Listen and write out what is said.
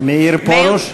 פרוש,